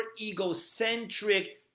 egocentric